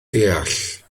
deall